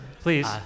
please